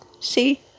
see